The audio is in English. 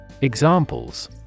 Examples